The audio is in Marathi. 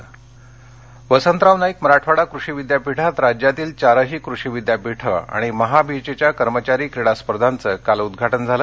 क्रीडा स्पर्धा परभणी वसंतराव नाईक मराठवाडा कृषि विद्यापीठात राज्यातील चारही कृषि विद्यापीठं आणि महाबीजच्या कर्मचारी क्रीडा स्पर्धाचं काल उद्घाटन झालं